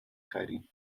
خریم